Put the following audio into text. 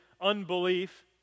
unbelief